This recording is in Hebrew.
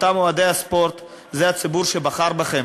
אותם אוהדי הספורט הם הציבור שבחר בכם.